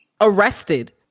Arrested